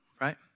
right